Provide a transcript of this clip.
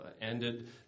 ended